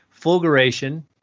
fulguration